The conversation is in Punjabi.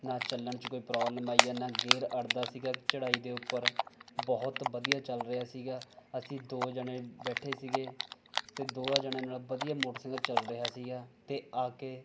ਨਾ ਚੱਲਣ 'ਚ ਕੋਈ ਪ੍ਰੋਬਲਮ ਆਈ ਹੈ ਨਾ ਗੇਰ ਅੜਦਾ ਸੀਗਾ ਚੜ੍ਹਾਈ ਦੇ ਉੱਪਰ ਬਹੁਤ ਵਧੀਆ ਚੱਲ ਰਿਹਾ ਸੀਗਾ ਅਸੀਂ ਦੋ ਜਣੇ ਬੈਠੇ ਸੀਗੇ ਅਤੇ ਦੋਹਾਂ ਜਣਿਆਂ ਨਾਲ ਵਧੀਆ ਮੋਟਰਸਾਈਕਲ ਚੱਲ ਰਿਹਾ ਸੀਗਾ ਅਤੇ ਆ ਕੇ